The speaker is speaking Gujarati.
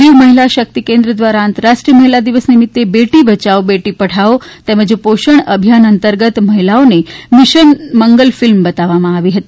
દીવ મહિલા શક્તિ કેન્દ્ર દ્વારા આંતરરાષ્ટ્રીય મહિલા દિવસ નિમિત્તે બેટી બચાઓ બેટી પઢાઓ તેમજ પોષણ અભિયાન અંતર્ગત મહિલાઓને મિશન મંગલ ફિલ્મ બતાવવામાં આવ્યું